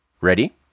Ready